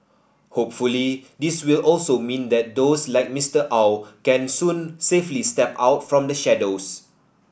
hopefully this will also mean that those like Mister Aw can soon safely step out from the shadows